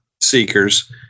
seekers